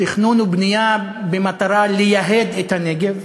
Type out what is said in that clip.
תכנון ובנייה במטרה לייהד את הנגב,